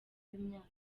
w’imyaka